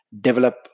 Develop